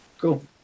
Cool